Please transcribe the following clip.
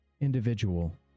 individual